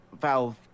Valve